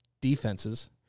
Defenses